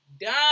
Done